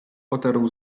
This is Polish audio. potarł